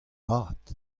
mat